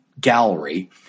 gallery